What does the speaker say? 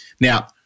Now